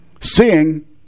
Seeing